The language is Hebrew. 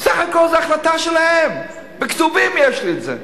סך הכול זה החלטה שלהם, בכתובים יש לי את זה.